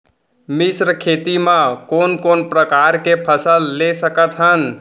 मिश्र खेती मा कोन कोन प्रकार के फसल ले सकत हन?